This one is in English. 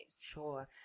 sure